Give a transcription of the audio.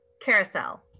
carousel